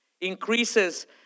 increases